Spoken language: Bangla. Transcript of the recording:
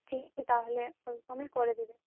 ঠিক তাহলে ওই করে দেবে